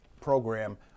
program